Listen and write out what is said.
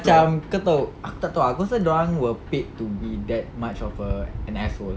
macam kau tahu aku tak tahu aku rasa dorang were paid to be that much of a an asshole